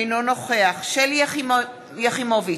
אינו נוכח שלי יחימוביץ,